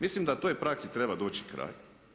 Mislim da toj praksi treba doći kraj.